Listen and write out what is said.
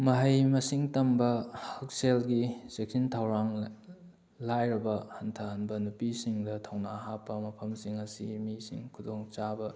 ꯃꯍꯩ ꯃꯁꯤꯡ ꯇꯝꯕ ꯍꯛꯁꯦꯜꯒꯤ ꯆꯦꯛꯁꯤꯟ ꯊꯧꯔꯥꯡ ꯂꯥꯏꯔꯕ ꯍꯟꯊꯍꯟꯕ ꯅꯨꯄꯤꯁꯤꯡꯗ ꯊꯧꯅꯥ ꯍꯥꯞꯄ ꯃꯐꯝꯁꯤꯡ ꯑꯁꯤꯒꯤ ꯃꯤꯁꯤꯡ ꯈꯨꯗꯣꯡ ꯆꯥꯕ